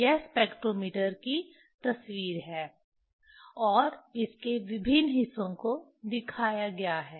यह स्पेक्ट्रोमीटर की तस्वीर है और इसके विभिन्न हिस्सों को दिखाया गया है